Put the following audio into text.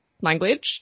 language